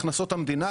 הכנסות למדינה,